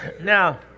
now